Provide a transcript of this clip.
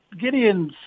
Gideons